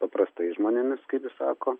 paprastais žmonėmis kaip jis sako